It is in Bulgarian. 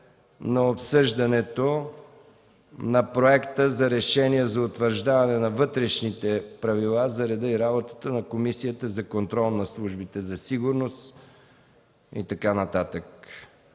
на гласуване Проекта за решение за утвърждаване на Вътрешни правила за реда и работата на Комисията за контрол над службите за сигурност, използването